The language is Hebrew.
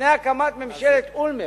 לפני הקמת ממשלת אולמרט,